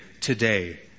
today